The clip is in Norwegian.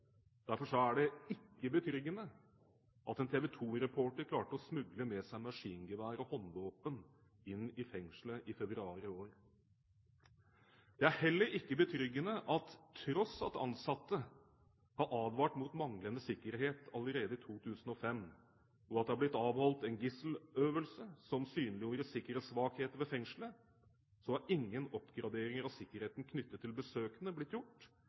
Derfor er det ikke betryggende at en TV 2-reporter klarte å smugle med seg maskingevær og håndvåpen inn i fengselet i februar i år. Det er heller ikke betryggende at til tross for at ansatte advarte mot manglende sikkerhet allerede i 2005, og at det har blitt avholdt en gisseløvelse som synliggjorde sikkerhetssvakheter ved fengselet, så har ingen oppgradering av sikkerheten knyttet til besøkende blitt gjort